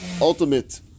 ultimate